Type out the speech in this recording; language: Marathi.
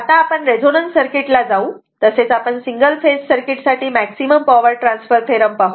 आता आपण रेझोनन्स सर्किट ला जाऊ तसेच आपण सिंगल फेज सर्किट साठी मॅक्सिमम पॉवर ट्रान्सफर थेरम पाहू